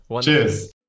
Cheers